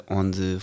onde